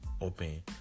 open